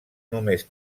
només